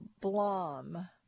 Blom